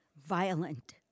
violent